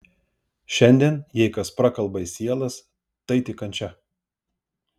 šiandien jei kas prakalba į sielas tai tik kančia